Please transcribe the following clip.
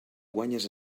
guanyes